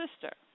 sister